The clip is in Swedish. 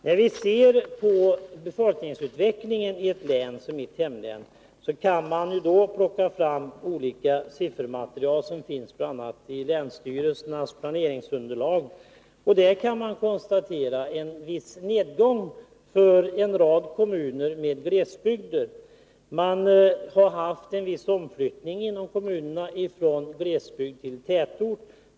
När vi skall se på befolkningsutvecklingen i ett län som mitt hemlän, kan vi plocka fram olika siffermaterial, bl.a. i länsstyrelsernas planeringsunderlag. Där kan vi konstatera en viss nedgång för en rad kommuner med glesbygder. Det har i kommunerna skett en viss omflyttning från glesbygd till tätort.